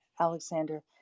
Alexander